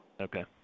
Okay